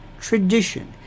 tradition